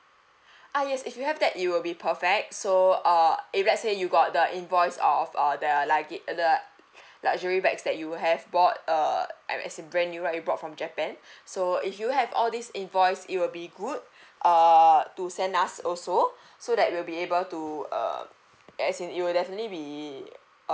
ah yes if you have that it will be perfect so uh if let's say you got the invoice of err the lugga~ the luxury bags that you have bought uh and as in brand new right you bought from japan so if you have all these invoice it will be good err to send us also so that we'll be able to um as in it will definitely be uh